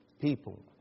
people